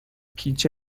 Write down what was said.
پیچ